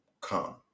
come